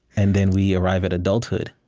and then, we arrive at adulthood.